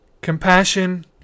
compassion